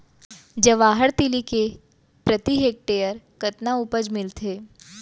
जवाहर तिलि के प्रति हेक्टेयर कतना उपज मिलथे?